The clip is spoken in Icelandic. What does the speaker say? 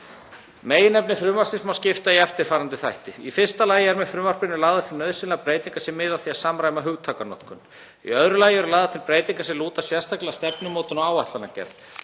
Meginefni frumvarpsins má skipta í eftirfarandi þætti: Í fyrsta lagi eru með frumvarpinu lagðar til nauðsynlegar breytingar sem miða að því að samræma hugtakanotkun. Í öðru lagi eru lagðar til breytingar sem lúta sérstaklega að stefnumótun og áætlanagerð.